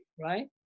right